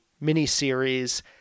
mini-series